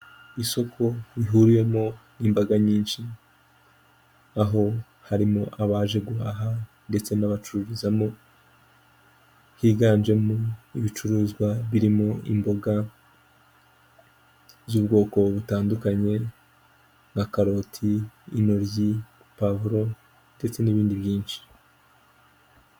Isoko rihuriyemo imbaga nyinshi, aho harimo abaje guhaha ndetse n'abacururizamo, higanjemo ibicuruzwa birimo imboga z'ubwoko butandukanye nka karoti, intoryi, pavuuo ndetse n'ibindi byinshi.